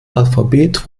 alphabet